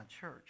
church